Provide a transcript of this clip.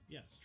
Yes